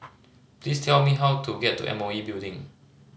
please tell me how to get to M O E Building